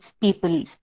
people